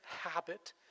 habit